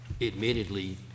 admittedly